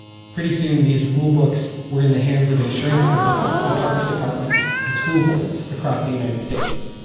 pretty soon these rulebooks were in the hands of insurance companies and parks departments and school boards across the united states.